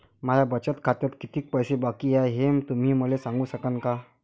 माया बचत खात्यात कितीक पैसे बाकी हाय, हे तुम्ही मले सांगू सकानं का?